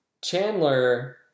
Chandler